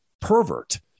pervert